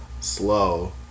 slow